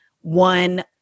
one